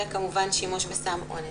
וכמובן שימוש בסם אונס.